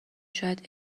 شاید